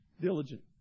diligent